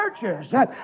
churches